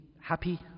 happy